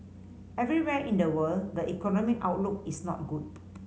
everywhere in the world the economic outlook is not good